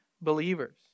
believers